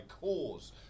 cause